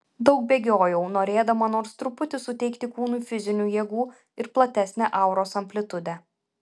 daug bėgiojau norėdama nors truputį suteikti kūnui fizinių jėgų ir platesnę auros amplitudę